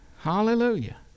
Hallelujah